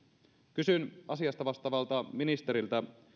kysyn asiasta vastaavalta ministeriltä